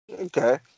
Okay